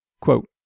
Quote